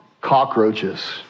Cockroaches